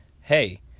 hey